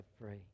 free